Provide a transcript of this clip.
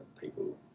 people